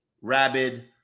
rabid